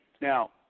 Now